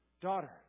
Daughter